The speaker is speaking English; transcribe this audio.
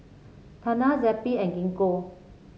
Tena Zappy and Gingko